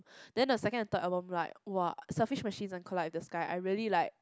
then the second and third album like [wah] selfish machines and collide the sky I really like